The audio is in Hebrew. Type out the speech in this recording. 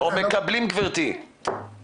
לא מקבלים אותם.